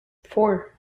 four